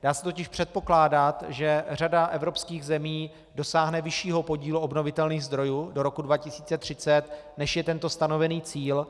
Dá se totiž předpokládat, že řada evropských zemí dosáhne vyššího podílu obnovitelných zdrojů do roku 2030, než je tento stanovený cíl.